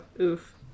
oof